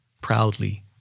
proudly